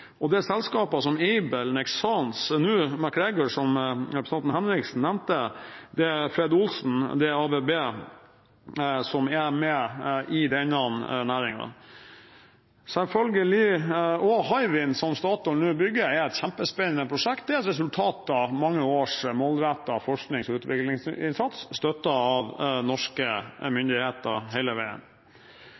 Og det er selskaper som Aibel, Nexans, nå MacGregor – som representanten Per Rune Henriksen nevnte – Fred Olsen og ABB som er med i denne næringen. Selvfølgelig er også Hywind, som Statoil nå bygger, et kjempespennende prosjekt. Det er et resultat av mange års målrettet forsknings- og utviklingsinnsats, hele veien støttet av norske myndigheter.